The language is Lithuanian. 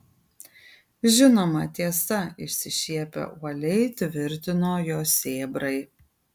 žinoma tiesa išsišiepę uoliai tvirtino jo sėbrai